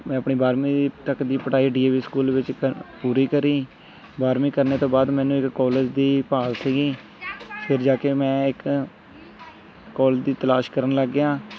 ਮੈਂ ਆਪਣੀ ਬਾਰਵੀਂ ਦੀ ਤੱਕ ਦੀ ਪੜ੍ਹਾਈ ਡੀ ਏ ਵੀ ਸਕੂਲ ਵਿੱਚ ਕ ਪੂਰੀ ਕਰੀ ਬਾਰਵੀਂ ਕਰਨ ਤੋਂ ਬਾਅਦ ਮੈਨੂੰ ਇੱਕ ਕੋਲਜ ਦੀ ਭਾਲ ਸੀਗੀ ਫਿਰ ਜਾ ਕੇ ਮੈਂ ਇੱਕ ਕੋਲਜ ਦੀ ਤਲਾਸ਼ ਕਰਨ ਲੱਗ ਗਿਆ